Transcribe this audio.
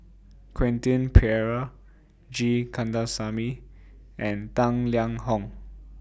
Quentin Pereira G Kandasamy and Tang Liang Hong